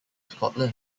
scotland